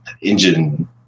engine